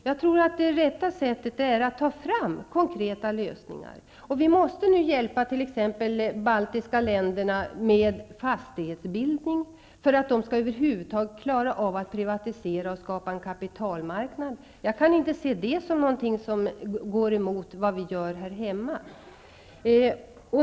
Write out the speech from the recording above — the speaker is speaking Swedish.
Jag tror att det rätta sättet är att ta fram konkreta lösningar. Nu måste vi t.ex. hjälpa de baltiska länderna med fastighetsbildning, för att de över huvud taget skall klara av att privatisera och skapa en kapitalmarknad. Jag kan inte se det som något som går emot vad vi gör här hemma.